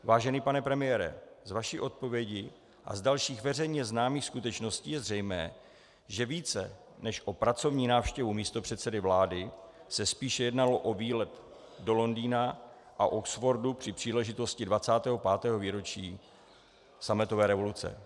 Vážený pane premiére, ve vaší odpovědi a z dalších veřejně známých skutečností je zřejmé, že více než o pracovní návštěvu místopředsedy vlády se spíše jednalo o výlet do Londýna a Oxfordu při příležitosti 25. výročí sametové revoluce.